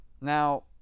Now